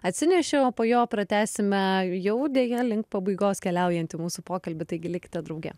atsinešė o po jo pratęsime jau deja link pabaigos keliaujantį mūsų pokalbį taigi likite drauge